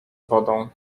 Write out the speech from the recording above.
wodą